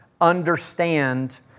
understand